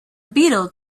beetle